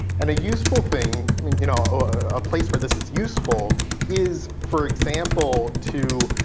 and a useful thing i mean you know a place where this is useful is for example. to